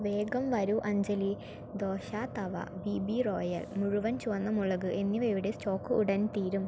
വേഗം വരൂ Anjali dosa tawa B B royal മുഴുവൻ ചുവന്ന മുളക് എന്നിവയുടെ സ്റ്റോക്ക് ഉടൻ തീരും